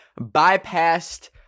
bypassed